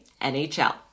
NHL